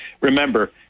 remember